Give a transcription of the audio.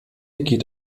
geht